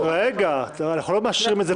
אנחנו לא מאשרים את זה פה.